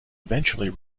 eventually